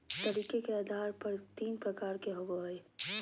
तरीके के आधार पर कर तीन प्रकार के होबो हइ